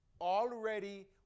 already